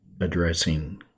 addressing